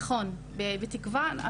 נכון, בתקווה.